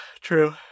true